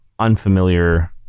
unfamiliar